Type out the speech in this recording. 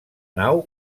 nau